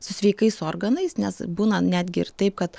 su sveikais organais nes būna netgi ir taip kad